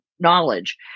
knowledge